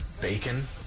bacon